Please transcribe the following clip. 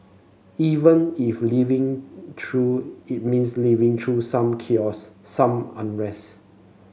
even if living through it means living through some chaos some unrest